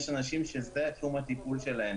יש אנשים שזה תחום הטיפול שלהם.